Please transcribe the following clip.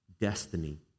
Destiny